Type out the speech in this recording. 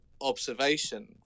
observation